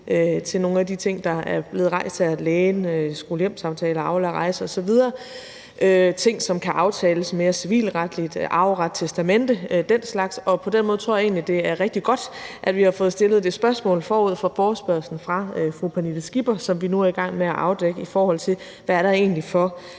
til nogle af de ting, der er blevet nævnt – lægebesøg, skole-hjem-samtaler, Aula, rejser osv. – ting, som kan aftales mere civilretligt, og arveret, testamente og den slags. Og på den måde tror jeg egentlig det er rigtig godt, at vi har fået stillet det spørgsmål forud for forespørgslen af fru Pernille Skipper, som vi nu er i gang med at afdække, i forhold til hvad der egentlig er